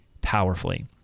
powerfully